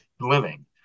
living